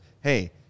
Hey –